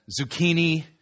zucchini